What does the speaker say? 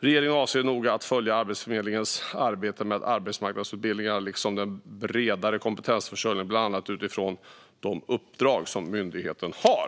Regeringen avser att noga följa Arbetsförmedlingens arbete med arbetsmarknadsutbildningarna liksom den bredare kompetensförsörjningen bland annat utifrån de uppdrag myndigheten har.